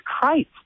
Christ